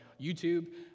YouTube